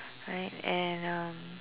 right and um